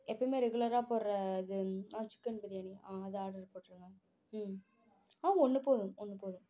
எப்போமே ரெகுலராக போடுற இது வந்து சிக்கன் பிரியாணி அது ஆர்ட்ரு போட்டுருங்க ஆ ஒன்று போதும் ஒன்று போதும்